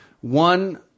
One